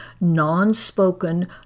non-spoken